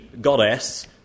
goddess